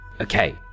Okay